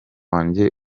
wanjye